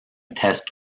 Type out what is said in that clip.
test